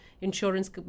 insurance